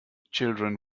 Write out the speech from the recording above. children